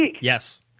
Yes